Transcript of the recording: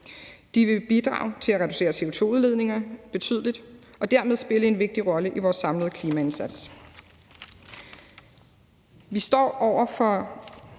De vil bidrage til at reducere CO2-udledningerne betydeligt og dermed spille en vigtig rolle i vores samlede klimaindsats. Vi står over for